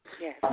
Yes